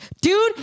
Dude